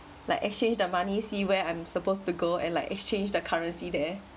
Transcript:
like exchanged the money see where I'm supposed to go and like exchange the currency there